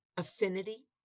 Affinity